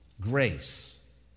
Grace